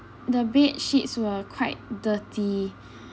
the bedsheets were quite dirty